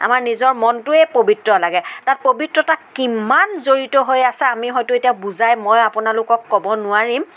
আমাৰ নিজৰ মনটোৱে পৱিত্ৰ লাগে তাত পৱিত্ৰতা কিমান জড়িত হৈ আছে আমি হয়তো এতিয়া বুজাই মই আপোনালোকক ক'ব নোৱাৰিম